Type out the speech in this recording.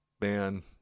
Man